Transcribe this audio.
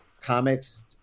comics